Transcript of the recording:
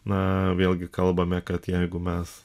na vėlgi kalbame kad jeigu mes